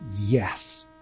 yes